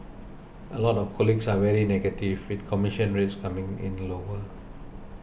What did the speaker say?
a lot of colleagues are very negative with commission rates coming in lower